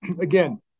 again